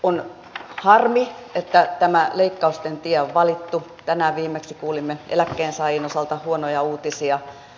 on harmi että tämä leikkausten tie on valittu tänään viimeksi kuulimme eläkkeensaajien osalta huonoja uutisia